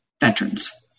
veterans